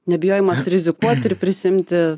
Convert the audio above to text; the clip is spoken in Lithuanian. nebijojimas rizikuoti ir prisiimti